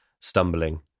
stumbling